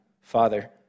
Father